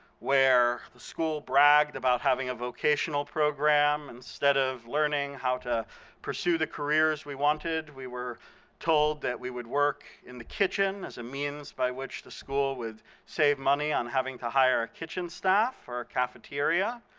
where the school bragged about having a vocational program, instead of learning how to pursue the careers we wanted, we were told that we would work in the kitchen as a means by which the school would save money on having to hire kitchen staff for our cafeteria.